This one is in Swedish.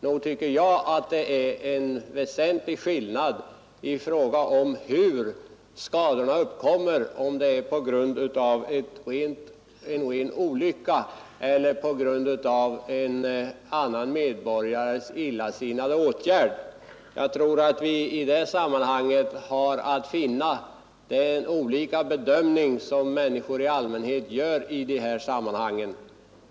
Nog tycker jag det är väsentlig skillnad i fråga om hur skadorna uppkommer, om det är på grund av en ren olycka eller på grund av en annan medborgares illasinnade åtgärd. Jag tror att vi i det sammanhanget har att finna den olika bedömning som människor i allmänhet gör i de här sammanhangen.